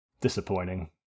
disappointing